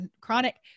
chronic